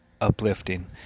uplifting